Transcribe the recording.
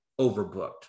overbooked